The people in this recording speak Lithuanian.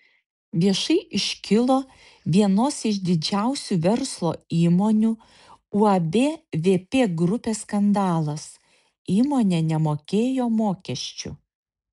viešai iškilo vienos iš didžiausių verslo įmonių uab vp grupė skandalas įmonė nemokėjo mokesčių